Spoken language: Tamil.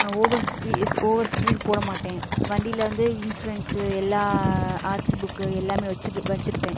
ஓவர் ஸ்பீ ஓவர் ஸ்பீட் போடமாட்டேன் வண்டியில் வந்து இன்சூரன்ஸு எல்லா ஆர்சி புக்கு எல்லாமே வச்சிரு வெச்சிருப்பேன்